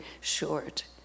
short